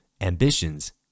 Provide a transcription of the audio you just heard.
ambitions